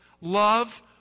love